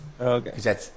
Okay